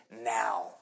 now